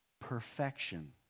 Perfection